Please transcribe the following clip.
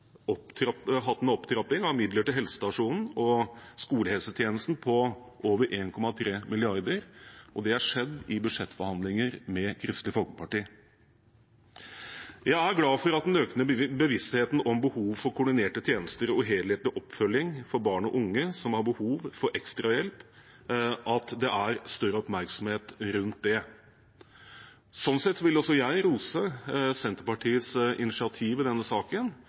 hatt en opptrapping av midler til helsestasjons- og skolehelsetjenesten på over 1,3 mrd. kr. Det har skjedd i budsjettforhandlinger med Kristelig Folkeparti. Jeg er glad for at det er en økende bevissthet og større oppmerksomhet rundt behovet for koordinerte tjenester og helhetlig oppfølging av barn og unge som har behov for ekstrahjelp. Sånn sett vil også jeg rose Senterpartiets initiativ i denne saken